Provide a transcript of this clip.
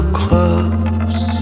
close